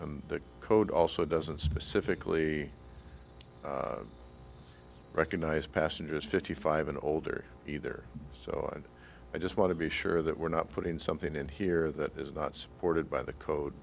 and the code also doesn't specifically recognize passengers fifty five and older either so i just want to be sure that we're not putting something in here that is not supported by the code